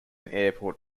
airport